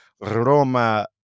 Roma